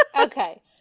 Okay